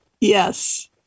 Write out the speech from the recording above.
yes